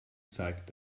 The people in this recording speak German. zeigt